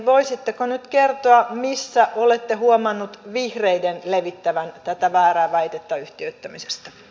voisitteko nyt kertoa missä olette huomannut vihreiden levittävän tätä väärää väitettä yhtiöittämisestä